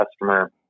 customer